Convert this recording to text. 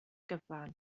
gyfan